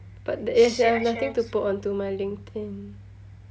but there is uh nothing to put onto my LinkedIn